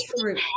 true